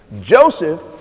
joseph